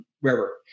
wherever